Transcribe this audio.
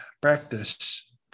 practice